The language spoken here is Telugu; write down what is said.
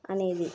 అనేది